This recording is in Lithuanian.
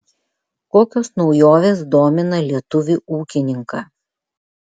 kokios naujovės domina lietuvį ūkininką